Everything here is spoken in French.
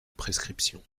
prescriptions